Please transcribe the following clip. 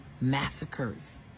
massacres